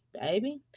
baby